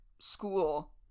school